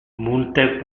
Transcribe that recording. multe